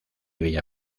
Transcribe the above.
bella